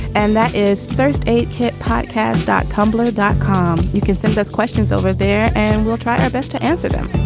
and that is first aid kit podcast dot tumblr, dot com. you can send us questions over there and we'll try our best to answer them.